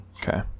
okay